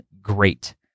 great